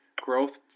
growth